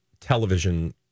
television